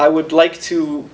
i would like to